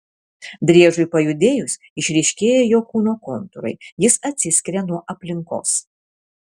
driežui pajudėjus išryškėja jo kūno kontūrai jis atsiskiria nuo aplinkos